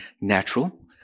natural